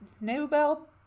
nobel